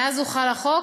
מאז הוחל החוק,